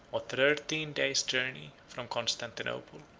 or thirteen days' journey, from constantinople.